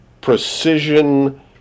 precision